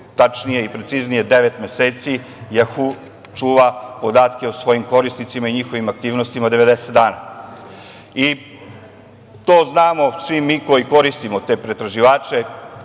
tačnije i preciznije devet meseci, „Jahu“ čuva podatke o svojim korisnicima i njihovim aktivnostima 90 dana. To znamo svi mi koji koristimo te pretraživače.